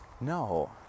no